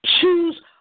Choose